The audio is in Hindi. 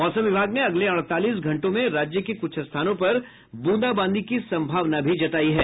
मौसम विभाग ने अगले अड़तालीस घंटों में राज्य के कुछ स्थानों पर ब्रंदाबांदी की संभावना भी जतायी है